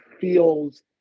feels